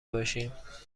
باشیم